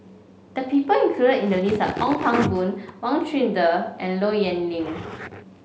the people included in the list Ong Pang Boon Wang Chunde and Low Yen Ling